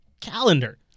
calendar